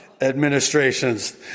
administrations